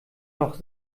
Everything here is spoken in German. noch